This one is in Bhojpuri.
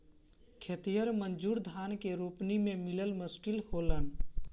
खेतिहर मजूर धान के रोपनी में मिलल मुश्किल होलन